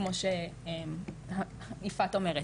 כמו שיפעת אומרת.